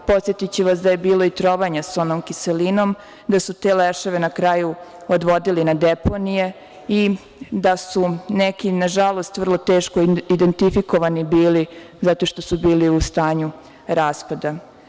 Podsetiću vas da je bilo i trovanja sonom kiselinom, da su te leševe na kraju odvodili na deponije i da su neki, nažalost, vrlo teško identifikovani bili, zato što su bili u stanju raspada.